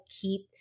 keep